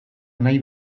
nahi